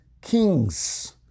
kings